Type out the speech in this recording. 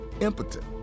impotent